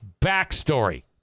backstory